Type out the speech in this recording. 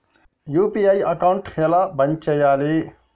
UPI account ఎలా బంద్ చేయాలి?